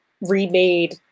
remade